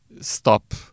stop